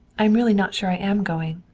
i am really not sure i am going.